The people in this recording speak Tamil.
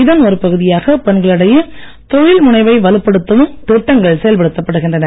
இதன் ஒரு பகுதியாக பெண்களிடையே தொழில் முனைவை வலுப்படுத்தவும் திட்டங்கள் செயல்படுத்தப்படுகின்றன